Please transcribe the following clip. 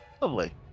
Lovely